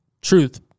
truth